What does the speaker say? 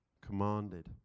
commanded